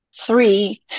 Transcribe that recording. Three